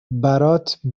برات